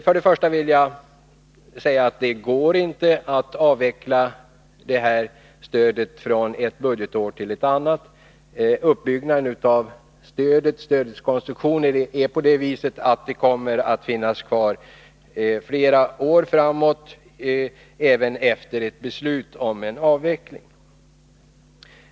För det första vill jag då säga att det inte går att avveckla det här stödet från ett budgetår till ett annat. Stödets konstruktion är sådan att det kommer att finnas kvar flera år framåt även efter ett beslut om en avveckling.